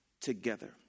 together